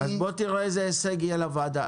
אז בוא תראה איזה הישג יהיה לוועדה.